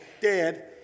dead